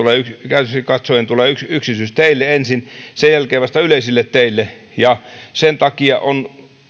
käytännöllisesti katsoen tulee yksityisteille ensin ja sen jälkeen vasta yleisille teille sen takia on